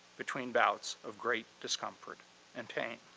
between bouts of great discomfort and pain.